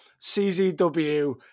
CZW